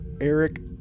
Eric